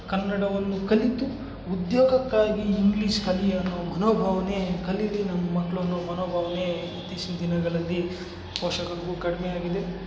ಕನ್ನಡವನ್ನು ಕಲಿತು ಉದ್ಯೋಗಕ್ಕಾಗಿ ಇಂಗ್ಲೀಷ್ ಕಲಿ ಅನ್ನೊ ಮನೋಭಾವ್ನೆ ಕಲೀಲಿ ನಮ್ಮ ಮಕ್ಕಳು ಅನ್ನೋ ಮನೋಭಾವ್ನೆ ಇತ್ತೀಚಿನ ದಿನಗಳಲ್ಲಿ ಪೋಷಕರಿಗೂ ಕಡಿಮೆ ಆಗಿದೆ